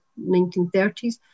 1930s